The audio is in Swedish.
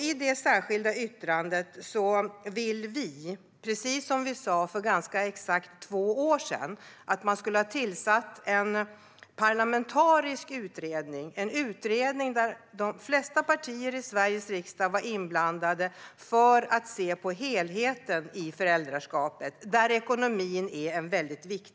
I detta särskilda yttrande säger vi, precis som vi sa för ganska exakt två år sedan, att man ska tillsätta en parlamentarisk utredning med de flesta partier i Sveriges riksdag för att titta på helheten i föräldraskapet, där ekonomin är en viktig del.